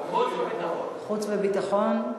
חוץ וביטחון.